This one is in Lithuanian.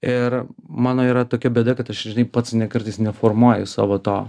ir mano yra tokia bėda kad aš ir žinai pats kartais neformuoju savo to